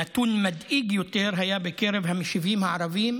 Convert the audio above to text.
נתון מדאיג יותר היה בקרב המשיבים הערבים,